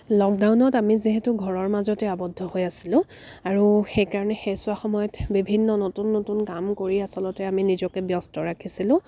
লকডাউনত আমি যিহেতু ঘৰৰ মাজতে আবদ্ধ হৈ আছিলোঁ আৰু সেই কাৰণে সেইছোৱা সময়ত বিভিন্ন নতুন নতুন কাম কৰি আচলতে আমি নিজকে ব্যস্ত ৰাখিছিলোঁ